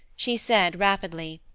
she said rapidly,